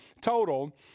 total